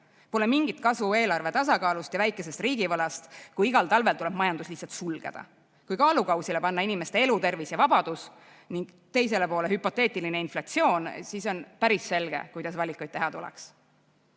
Pole mingit kasu eelarve tasakaalust ja väikesest riigivõlast, kui igal talvel tuleb majandus lihtsalt sulgeda. Kui kaalukausile panna inimeste elu, tervis ja vabadus ning teisele poole hüpoteetiline inflatsioon, siis on päris selge, kuidas valikuid teha tuleks. Nüüd,